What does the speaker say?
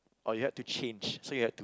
or you had to change so you had